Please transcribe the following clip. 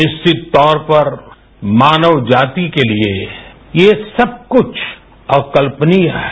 निश्चित तौर पर मानव जाती के लिये यह सब कुछ अकल्पनीय है